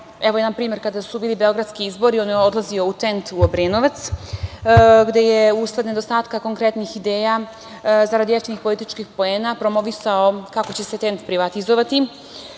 evo jedan primer, kada su bili beogradski izbori, on je odlazio u Tent u Obrenovac, gde je usled nedostatka konkretnih ideja zarad jeftinih političkih poena promovisao kako će se Tent privatizovati